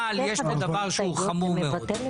אבל יש כאן דבר שהוא חמור מאוד.